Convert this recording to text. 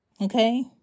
Okay